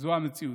זו המציאות.